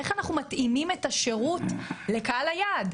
איך אנחנו מתאימים את השירות לקהל היעד.